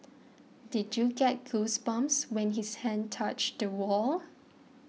did you get goosebumps when his hand touched the wall